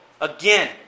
again